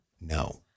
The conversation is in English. no